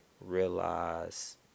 realize